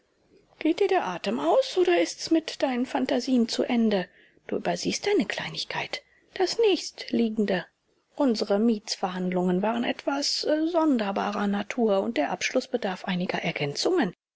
geht dir der atem aus oder ist's mit deinen phantasien zu ende du übersiehst eine kleinigkeit das nächstliegende unsere mietsverhandlungen waren etwas sonderbarer natur und der abschluß bedarf einiger ergänzungen